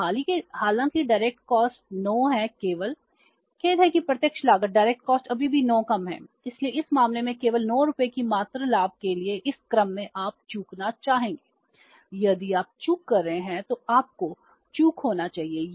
तो हालांकि direct cost 9 है केवल खेद है कि प्रत्यक्ष लागत अभी भी 9 कम है इसलिए इस मामले में केवल 9 रुपये की मात्र लाभ के लिए इस क्रम में आप चूकना चाहेंगे यदि आप चूक कर रहे हैं तो आपको चूक होना चाहिए